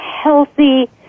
healthy